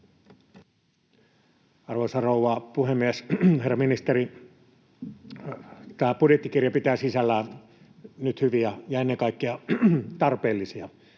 Arvoisa rouva puhemies! Herra ministeri! Tämä budjettikirja pitää sisällään nyt hyviä ja ennen kaikkea tarpeellisia